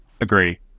Agree